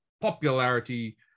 popularity